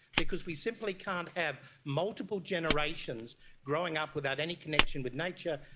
because we simply can't have multiple generations growing up without any connection with nature,